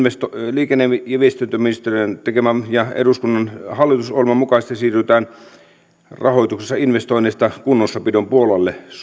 liikenne ja viestintäministeriön ja hallitusohjelman mukaisesti rahoituksessa investoinneista kunnossapidon puolelle